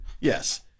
Yes